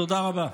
תודה רבה.